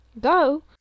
Go